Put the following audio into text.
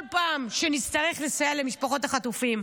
לסייע למשפחות החטופים.